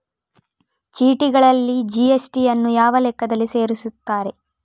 ಚೀಟಿಗಳಲ್ಲಿ ಜಿ.ಎಸ್.ಟಿ ಯನ್ನು ಯಾವ ಲೆಕ್ಕದಲ್ಲಿ ಸೇರಿಸುತ್ತಾರೆ?